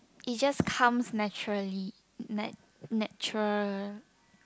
it just comes naturally na~ natura~